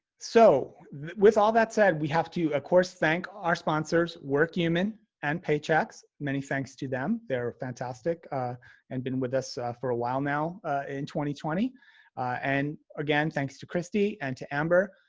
so with all that said we have to of course thank our sponsors workhuman and paychex. many thanks to them they're fantastic and been with us for a while now in two twenty and again thanks to kristy and to amber.